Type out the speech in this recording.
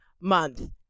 Month